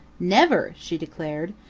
never! she declared.